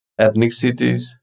ethnicities